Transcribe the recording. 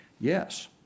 Yes